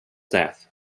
death